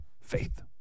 Faith